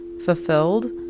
fulfilled